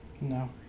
No